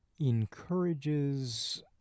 encourages